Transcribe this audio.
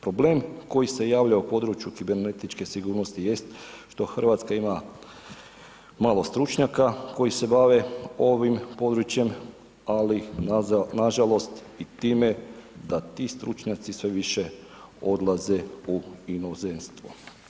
Problem koji se javlja u području kibernetičke sigurnosti jest što RH ima malo stručnjaka koji se bave ovim područjem, ali nažalost i time da ti stručnjaci sve više odlaze u inozemstvo.